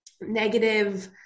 negative